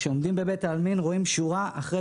כשעומדים בבית העלמין ורואים שורה אחרי